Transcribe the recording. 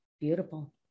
Beautiful